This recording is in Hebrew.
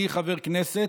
אני חבר כנסת.